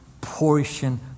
portion